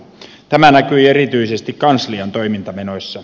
tämä näkyi erityisesti kanslian toimintamenoissa